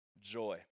joy